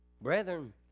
brethren